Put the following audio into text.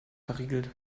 verriegelt